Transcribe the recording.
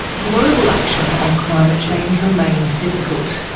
global action on climate change remains difficult.